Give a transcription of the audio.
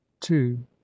Two